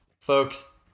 folks